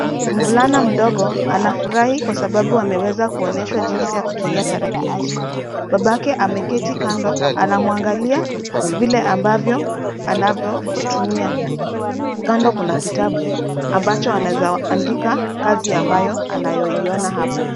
Mvulana mdogo anafurahi kwa sababu ameweza kuonyeshwa jinsi ya kutumia tarakilishi . Babake ameketi kando, anamwangalia vile ambavyo anavyotumia. Kando kuna kitabu ambacho anaweza andika kazi ambayo anayoiona hapo.